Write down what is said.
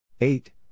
eight